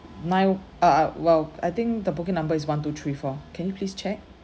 nine uh uh well I think the booking number is one two three four can you please check